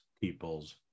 people's